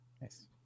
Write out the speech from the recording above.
nice